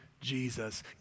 Jesus